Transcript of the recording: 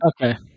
Okay